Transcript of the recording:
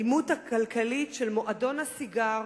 אלימות כלכלית של מועדון הסיגר